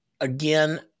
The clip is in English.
Again